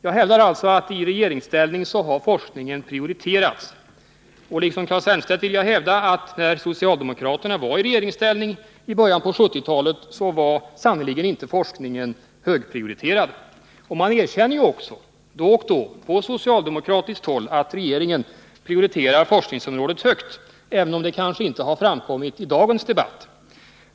Jag hävdar alltså att forskningen har prioriterats under den tid som de borgerliga partierna har varit i regeringsställning. Liksom Claes Elmstedt menar jag att forskningen sannerligen inte var högprioriterad när socialdemokraterna i början på 1970-talet var i regeringsställning. Och på socialdemokratiskt håll erkänns då och då att regeringen prioriterar forskningsområdet högt, även om det kanske inte har framkommit i dagens debatt.